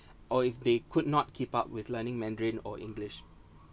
or if they could not keep up with learning mandarin or english